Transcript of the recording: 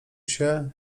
się